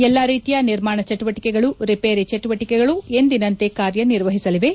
ಎಲ್ಲ ರೀತಿಯ ನಿರ್ಮಾಣ ಚಟುವಟಿಕೆಗಳು ರಿವೇರಿ ಚಟುವಟಿಕೆಗಳು ಎಂದಿನಂತೆ ಕಾರ್ಯನಿರ್ವಹಿಸಲಿವೆ